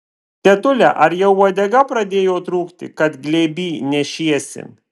tetule ar jau uodega pradėjo trūkti kad glėby nešiesi